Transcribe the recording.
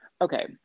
Okay